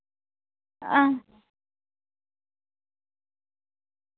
आं